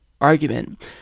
argument